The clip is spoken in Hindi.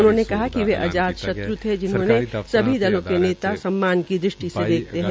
उन्होंने कहा कि वे अजात शत्र् थे जिन्हे सभी दलों के नेता सम्मान की दृष्टि से देखते है